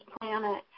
planet